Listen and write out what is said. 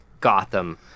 Gotham